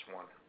one